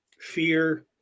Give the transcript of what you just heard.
fear